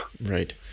right